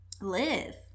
live